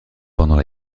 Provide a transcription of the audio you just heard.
pendant